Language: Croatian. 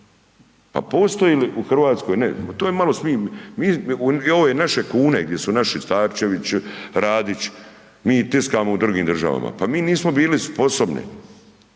Pa postoji li u Hrvatskoj, ne, to je malo, .../Govornik se ne razumije./... ove naše kune gdje su naši Starčevići, Radić, mi tiskamo u drugim državama, pa mi nismo bili sposobni